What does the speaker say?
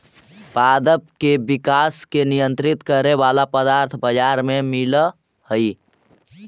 पादप के विकास के नियंत्रित करे वाला पदार्थ बाजार में मिलऽ हई